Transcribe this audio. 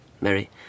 Mary